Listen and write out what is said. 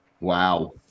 Wow